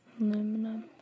Aluminum